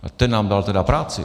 A ten nám dal tedy práci.